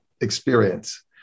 experience